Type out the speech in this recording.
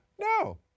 No